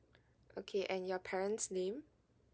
okay and your parents' name